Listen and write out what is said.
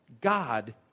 God